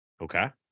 Okay